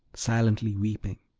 silently weeping.